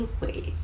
wait